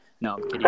no